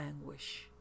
anguish